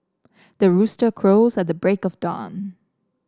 the rooster crows at the break of dawn